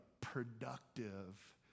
productive